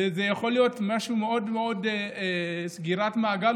זה יכול מאוד להיות סגירת מעגל,